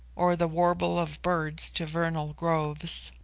or the warble of birds to vernal groves.